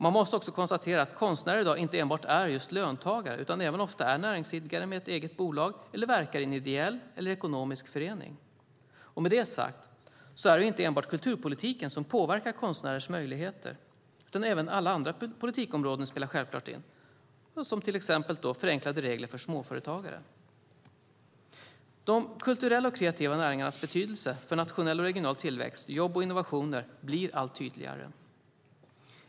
Man måste också konstatera att konstnärer i dag inte enbart är löntagare utan även ofta är näringsidkare med ett eget bolag eller verkar i en ideell eller ekonomisk förening. Med det sagt är det inte enbart kulturpolitiken som påverkar konstnärers möjligheter, utan även alla andra politikområden spelar självklart in, till exempel förenklade regler för småföretagare. De kulturella och kreativa näringarnas betydelse för nationell och regional tillväxt, jobb och innovationer blir allt tydligare.